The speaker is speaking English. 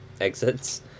exits